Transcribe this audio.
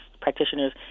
practitioners